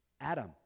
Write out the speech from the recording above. Adam